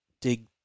dig